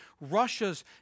Russia's